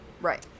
Right